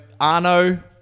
Arno